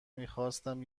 میخواستم